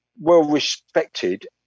well-respected